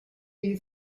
you